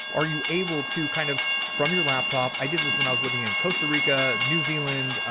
are you able to kind of. from your laptop. i did this when i was living in costa rica, new zealand,